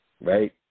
right